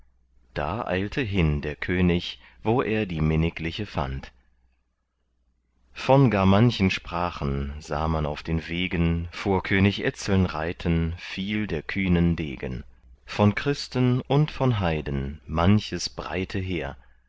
da eilte hin der könig wo er die minnigliche fand von gar manchen sprachen sah man auf den wegen vor könig etzeln reiten viel der kühnen degen von christen und von heiden manches breite heer